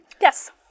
Yes